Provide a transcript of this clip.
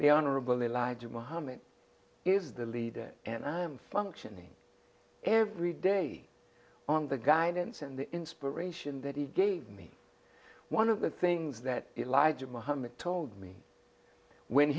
the honorable elijah muhammad is the leader and i'm functioning every day on the guidance and the inspiration that he gave me one of the things that eliza mohammed told me when